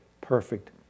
perfect